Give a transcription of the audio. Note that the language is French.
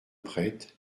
prêtre